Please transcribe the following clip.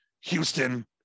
Houston